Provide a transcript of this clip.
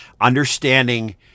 Understanding